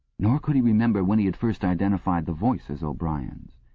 nor could he remember when he had first identified the voice as o'brien's.